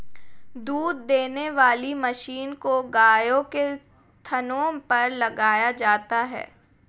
दूध देने वाली मशीन को गायों के थनों पर लगाया जाता है